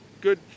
good